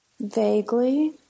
Vaguely